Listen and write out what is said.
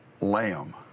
lamb